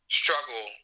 struggle